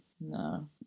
no